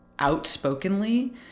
outspokenly